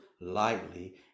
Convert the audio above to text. lightly